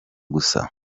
gusa